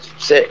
Say